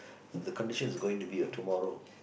so the condition is going or be or tomorrow